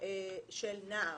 של נער.